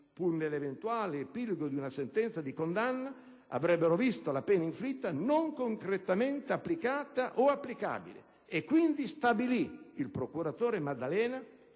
pur nell'eventuale epilogo di una sentenza di condanna, avrebbero visto la pena inflitta non concretamente applicata o applicabile; quindi, il procuratore Maddalena